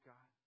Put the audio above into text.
God